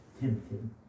tempted